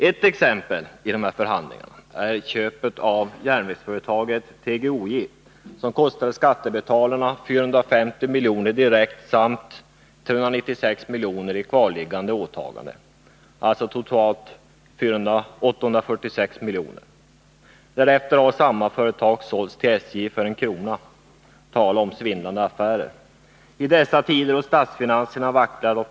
Ett exempel på detta är köpet av järnvägsföretaget TGOJ, som kostade skattebetalarna 450 milj.kr. direkt samt 396 milj.kr. i kvarliggande åtaganden -— totalt alltså 846 miljoner. Därefter har samma företag sålts till SJ för 1 kr.! Tala om svindlande affärer! Och det i dessa tider, då statsfinanserna vacklar.